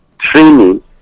training